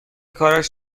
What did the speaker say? کارش